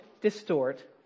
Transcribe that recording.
distort